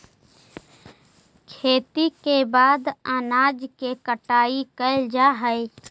खेती के बाद अनाज के कटाई कैल जा हइ